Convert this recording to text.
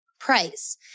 Price